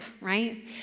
right